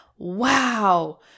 Wow